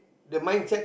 the mindset